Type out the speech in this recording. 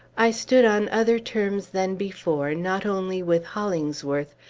i stood on other terms than before, not only with hollingsworth,